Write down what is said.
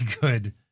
good